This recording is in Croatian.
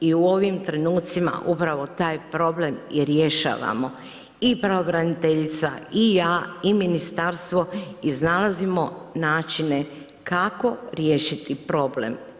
I u ovim trenucima upravo taj problem i rješavamo i pravobraniteljica i ja i Ministarstvo iznalazimo načine kako riješiti problem.